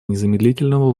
незамедлительного